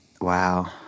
Wow